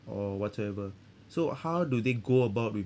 or whatsoever so how do they go about with